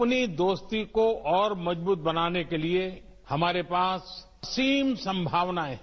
अपनी दोस्ती को और मजबूत बनाने के लिए हमारे पास असीम संभावनाएं हैं